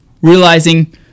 realizing